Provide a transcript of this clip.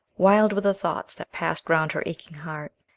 wild were the thoughts that passed round her aching heart,